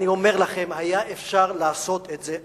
אני אומר לכם: היה אפשר לעשות את זה אחרת.